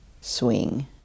swing